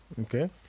okay